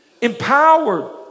empowered